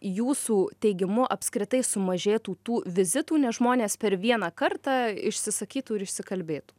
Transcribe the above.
jūsų teigimu apskritai sumažėtų tų vizitų nes žmonės per vieną kartą išsisakytų ir išsikalbėtų